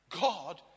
God